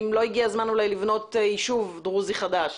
אם לא הגיע הזמן אולי לבנות יישוב דרוזי חדש.